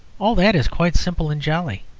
all that is quite simple and jolly.